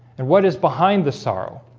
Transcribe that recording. and what is behind the sorrow?